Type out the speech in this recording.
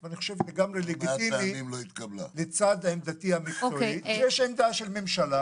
זה בזכות העמידה של מערכת